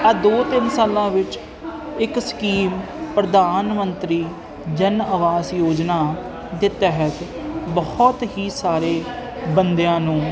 ਆ ਦੋ ਤਿੰਨ ਸਾਲਾਂ ਵਿੱਚ ਇੱਕ ਸਕੀਮ ਪ੍ਰਧਾਨ ਮੰਤਰੀ ਜਨ ਆਵਾਸ ਯੋਜਨਾ ਦੇ ਤਹਿਤ ਬਹੁਤ ਹੀ ਸਾਰੇ ਬੰਦਿਆਂ ਨੂੰ